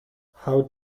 how